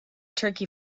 turkey